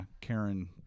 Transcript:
Karen